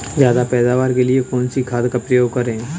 ज्यादा पैदावार के लिए कौन सी खाद का प्रयोग करें?